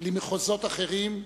למחוזות אחרים,